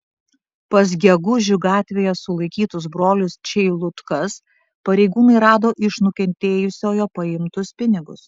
pas gegužių gatvėje sulaikytus brolius čeilutkas pareigūnai rado iš nukentėjusiojo paimtus pinigus